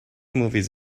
movies